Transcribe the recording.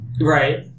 Right